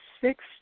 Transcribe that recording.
six